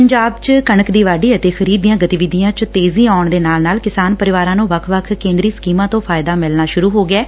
ਪੰਜਾਬ ਚ ਕਣਕ ਦੀ ਵਾਢੀ ਅਤੇ ਖਰੀਦ ਦੀਆਂ ਗਤੀਵਿਧੀਆਂ ਚ ਤੇਜ਼ੀ ਆਉਣ ਦੇ ਨਾਲ ਨਾਲ ਕਿਸਾਨ ਪਰਿਵਾਰਾਂ ਨੂੰ ਵੱਖ ਵੱਖ ਕੇਂਦਰੀ ਸਕੀਮਾਂ ਤੋਂ ਫਾਇਦਾ ਮਿਲਣਾ ਸੁਰੂ ਹੋ ਗਿਐ